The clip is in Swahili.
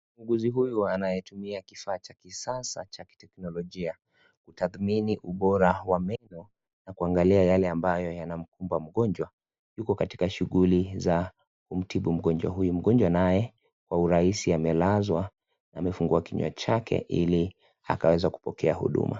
Muuguzi huyu anayetumia kivaa cha kisasa cha kitekinolojia, kutathmini ubora wa meno na kuangalia yale ambayo yanayomkumba mgonjwa, yuko katika shughuli za kumtibu mgonjwa huyo. Mgonjwa naye kwa urahisi amelazwa amefungua kinywa chake ili akaweze kupokea huduma.